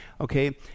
okay